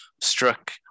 struck